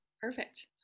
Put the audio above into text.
Perfect